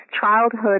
childhood